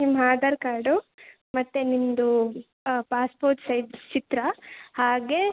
ನಿಮ್ಮ ಆಧಾರ್ ಕಾರ್ಡು ಮತ್ತು ನಿಮ್ಮದು ಪಾಸ್ಪೋರ್ಟ್ ಸೈಝ್ ಚಿತ್ರ ಹಾಗೆ